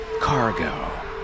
cargo